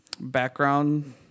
background